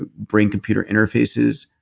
ah brain computer interfaces,